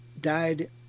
died